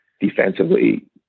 defensively